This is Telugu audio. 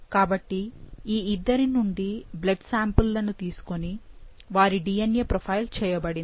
కాబట్టి ఈ ఇద్దరి నుండి బ్లడ్ శాంపిల్ లను తీసుకుని వారి DNA ప్రొఫైల్ చేయబడింది